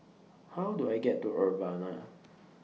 How Do I get to Urbana